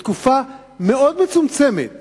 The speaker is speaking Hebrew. בתקופה מאוד מצומצמת